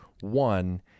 one